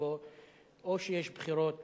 שבו או שיש בחירות